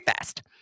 fast